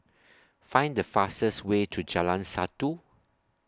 Find The fastest Way to Jalan Satu